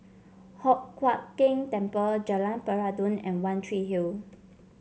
Hock Huat Keng Temple Jalan Peradun and One Tree Hill